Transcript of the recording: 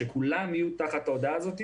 שכולם יהיו תחת ההודעה הזו.